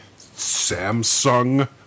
samsung